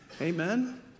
Amen